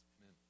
Amen